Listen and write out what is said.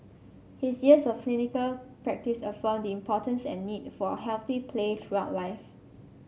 his years of clinical practice affirmed the importance and need for healthy play throughout life